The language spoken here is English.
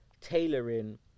tailoring